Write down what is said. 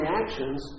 actions